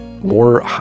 more